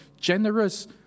generous